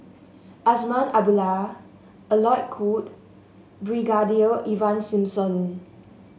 Azman Abdullah Alec Kuok Brigadier Ivan Simson